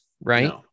right